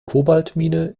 kobaltmine